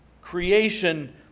Creation